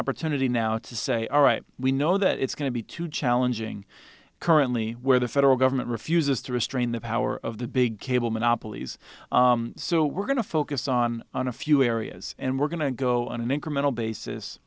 opportunity now to say all right we know that it's going to be too challenging currently where the federal government refuses to restrain the power of the big cable monopolies so we're going to focus on on a few areas and we're going to go on an incremental basis